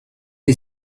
est